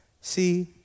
See